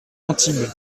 antibes